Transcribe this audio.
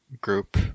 group